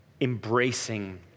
embracing